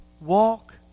Walk